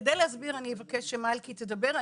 וכדי להסביר אני אבקש שמלכי תדבר.